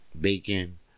Bacon